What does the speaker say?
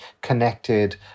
connected